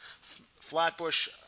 Flatbush